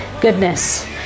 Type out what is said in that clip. goodness